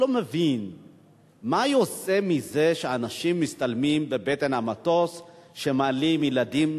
אני לא מבין מה יוצא מזה שאנשים מצטלמים בבטן המטוס כשמעלים ילדים,